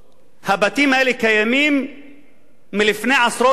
הבתים האלה קיימים עשרות בשנים.